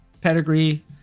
pedigree